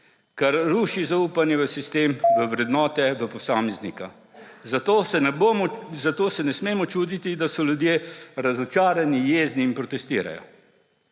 kar ruši zaupanje v sistem, v vrednote, v posameznika, zato se ne smemo čuditi, da so ljudje razočarani, jezni in protestirajo.